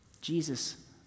Jesus